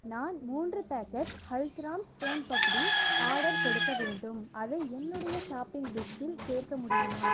நான் மூன்று packet Haldiram's soan papdi order கொடுக்க வேண்டும் அதை என்னுடைய ஷாப்பிங் லிஸ்ட்டில் சேர்க்க முடியுமா